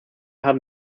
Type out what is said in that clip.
haben